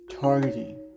targeting